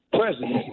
president